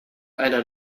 einer